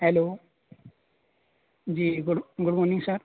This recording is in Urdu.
hello ji good good morning sir